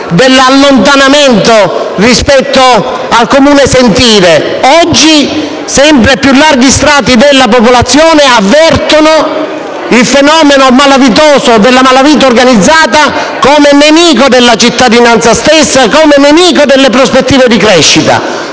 dell'allontanamento rispetto al comune sentire: oggi sempre più larghi strati della popolazione avvertono il fenomeno malavitoso della criminalità organizzata della cittadinanza stessa e come nemico delle prospettiva di crescita.